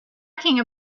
talking